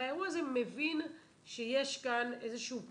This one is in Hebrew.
האירוע הזה מבין שיש כאן איזשהו פיקוח,